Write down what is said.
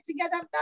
together